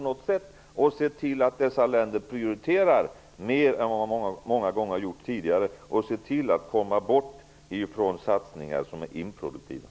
Måste vi inte se till att dessa länder mer än vad de har gjort tidigare kommer bort från satsningar som är improduktiva?